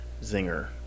Zinger